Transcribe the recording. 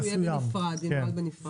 שינוהל בנפרד.